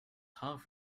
half